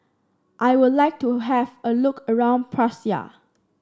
I would like to have a look around Praia